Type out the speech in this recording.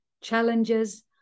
challenges